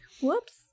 Whoops